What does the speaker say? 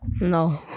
No